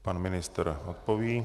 Pan ministr odpoví.